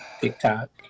TikTok